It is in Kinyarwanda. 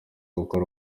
gukora